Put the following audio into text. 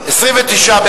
38,